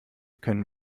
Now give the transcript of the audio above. können